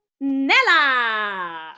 Nella